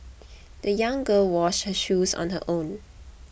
the young girl washed her shoes on her own